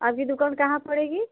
आपकी दुकान कहाँ पड़ेगी